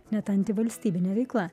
net antivalstybine veikla